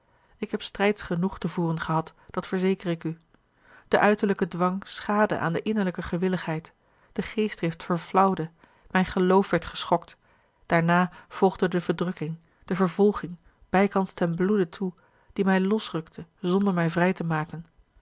ik heb strijds genoeg te voeren gehad dat verzeker ik u de uiterlijke dwang schaadde aan de innerlijke gewilligheid de geestdrift verflauwde mijn geloof werd geschokt daarna volgde de verdrukking de vervolging bijkans ten bloede toe die mij losrukte zonder mij vrij te maken